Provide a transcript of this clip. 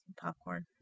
Popcorn